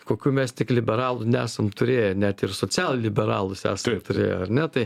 kokių mes tik liberalų nesam turėję net ir socialliberalų esam turėję ar ne tai